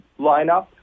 lineup